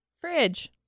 Fridge